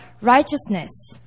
righteousness